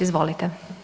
Izvolite.